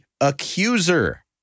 accuser